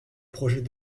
projet